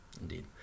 Indeed